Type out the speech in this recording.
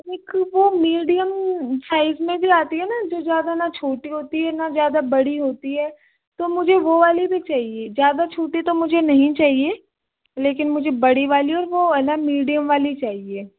एक वो medium size में भी आती है ना जो न ज़्यादा न छोटी होती है न ज़्यादा बड़ी होती है तो मुझे वह वाली भी चाहिए ज़्यादा छोटी तो मुझे नहीं चाहिए लेकिन मुझे बड़ी वाली और वह वाला मीडियम वाली चाहिए